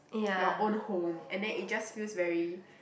your own home and then it just feels very